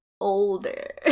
older